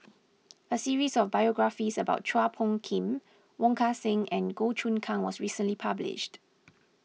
a series of biographies about Chua Phung Kim Wong Kan Seng and Goh Choon Kang was recently published